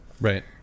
Right